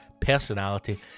personality